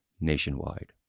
nationwide